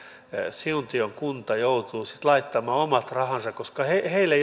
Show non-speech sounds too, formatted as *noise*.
siuntion kunta joutuu sitten laittamaan omat rahansa koska heillä *unintelligible*